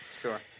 Sure